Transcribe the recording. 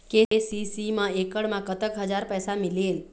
KCC मा एकड़ मा कतक हजार पैसा मिलेल?